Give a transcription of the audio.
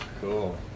Cool